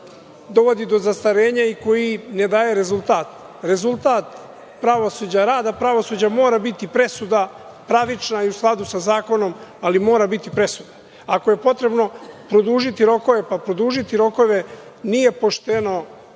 dovodi do zastarenja i koji ne daje rezultat. Rezultat rada pravosuđa mora biti presuda, pravična i u skladu sa zakonom, ali mora biti presuda. Ako je potrebno produžiti rokove, pa produžiti rokove, nije pošteno